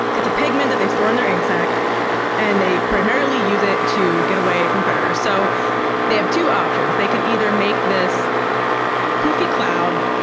it's a pigment that they store in their ink sac and they primarily use it to get away from predators. so they have two options. they can either make this poofy cloud,